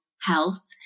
health